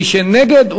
מי שנגד,